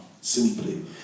simply